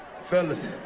fellas